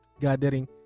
gathering